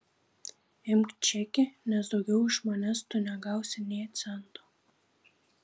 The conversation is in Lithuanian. imk čekį nes daugiau iš manęs tu negausi nė cento